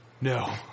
no